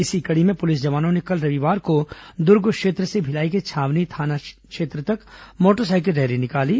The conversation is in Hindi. इसी कड़ी में पुलिस जवानों ने कल रविवार को दुर्ग क्षेत्र से भिलाई के छावनी थाना तक मोटरसाइकिल रैली निकाली